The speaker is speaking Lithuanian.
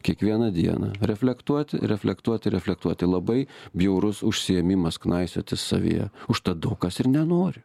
kiekvieną dieną reflektuoti reflektuoti reflektuoti labai bjaurus užsiėmimas knaisiotis savyje užtat daug kas ir nenori